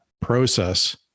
process